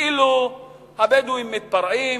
כאילו הבדואים מתפרעים,